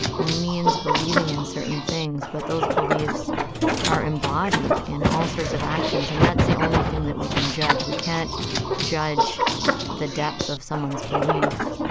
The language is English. means it believing in certain things. but those beliefs are embodied in all sorts of actions. and that's the only thing that we can judge. we can't judge the depth of someone's belief,